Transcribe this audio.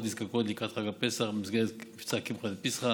נזקקות לקראת חג הפסח במסגרת מבצע קמחא דפסחא